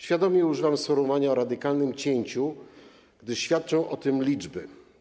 Świadomie używam sformułowania: radykalne cięcie, gdyż świadczą o tym liczby.